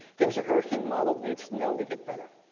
things hurricane models need to know to get better.